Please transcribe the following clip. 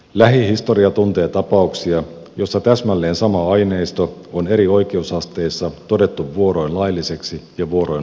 lähihistoria tuntee tapauksia joissa täsmälleen sama aineisto on eri oikeusasteissa todettu vuoroin lailliseksi ja vuoroin laittomaksi